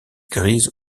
grises